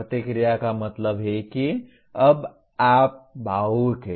प्रतिक्रिया का मतलब है कि अब आप भावुक हैं